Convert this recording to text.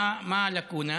מה הלקונה?